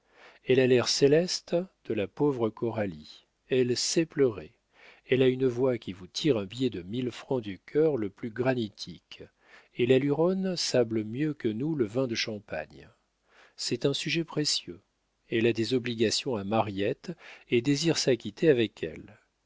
elle a l'air céleste de la pauvre coralie elle sait pleurer elle a une voix qui vous tire un billet de mille francs du cœur le plus granitique et la luronne sable mieux que nous le vin de champagne c'est un sujet précieux elle a des obligations à mariette et désire s'acquitter avec elle